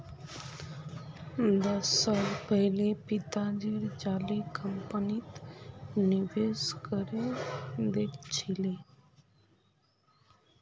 दस साल पहले पिताजी जाली कंपनीत निवेश करे दिल छिले